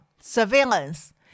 surveillance